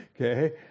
okay